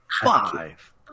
five